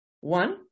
one